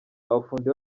abafundi